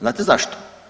Znate zašto?